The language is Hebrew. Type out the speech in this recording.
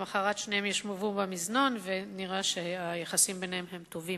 למחרת שניהם ישבו במזנון ונראה שהיחסים ביניהם טובים.